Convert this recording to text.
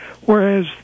whereas